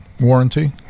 warranty